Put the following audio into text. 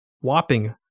Whopping